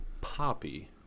poppy